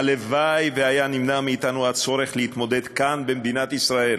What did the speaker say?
הלוואי שהיה נמנע מאתנו הצורך להתמודד כאן במדינת ישראל